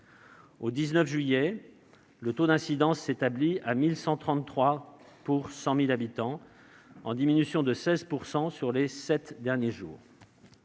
Au 19 juillet, le taux d'incidence s'établit à 1 133 pour 100 000 habitants, en diminution de 16 % sur les sept derniers jours.